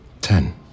Ten